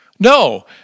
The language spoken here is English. No